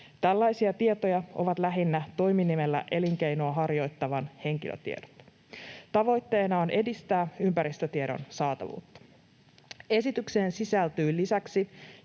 Tällaisia tietoja ovat lähinnä toiminimellä elinkeinoa harjoittavan henkilötiedot. Tavoitteena on edistää ympäristötiedon saatavuutta. Esitykseen sisältyy lisäksi